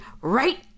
right